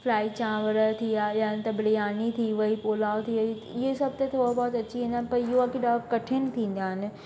fry चांवर थिया या त बिरयानी थी वई पुलाउ थी वई इहे सभु त थोरो बहुत अची वेंदा आहिनि पर इहो आहे की ॾाढो कठिन थींदा आहिनि